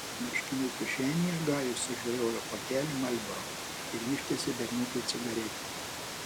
marškinių kišenėje gajus sužvejojo pakelį marlboro ir ištiesė berniukui cigaretę